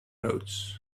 notes